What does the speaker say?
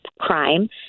crime